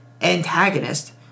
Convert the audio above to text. antagonist